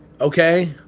okay